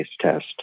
test